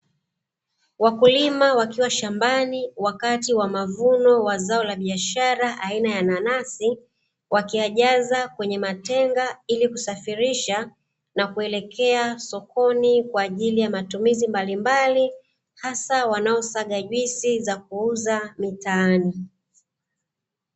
Wakulima wakiwa shambani wakati wa mavuno wa zao la biashara aina ya nanasi, wakiyajaza kwenye matenga ili kusafirisha na kuelekea sokoni kwa ajili ya matumizi mbalimbali hasa kwa wanaosaga juisi za kuuza mitaani.